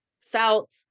felt